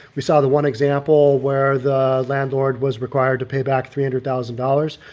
we saw the one example where the landlord was required to pay back three hundred thousand dollars.